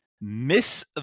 miss